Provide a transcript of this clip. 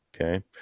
okay